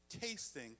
tasting